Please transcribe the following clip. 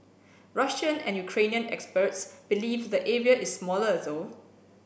Russian and Ukrainian experts believe the area is smaller though